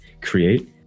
create